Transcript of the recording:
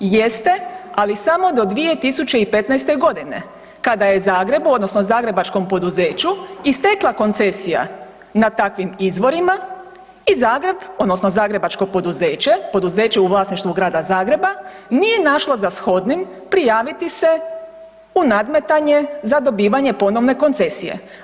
Jeste, ali samo do 2015. godine kada je Zagrebu, odnosno zagrebačkom poduzeću istekla koncesija na takvim izvorima i Zagreb, odnosno zagrebačko poduzeće, poduzeće u vlasništvu Grada Zagreba nije našlo za shodnim prijaviti se u nadmetanje za dobivanje ponovne koncesije.